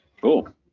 Cool